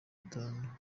itanu